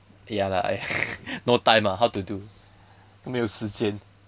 ya lah no time ah how to do 都没有时间